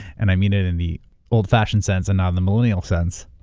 and i mean it in the old fashion sense and not the millennial sense,